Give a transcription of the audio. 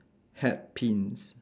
hat pins